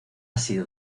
sido